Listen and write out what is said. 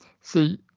See